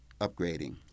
upgrading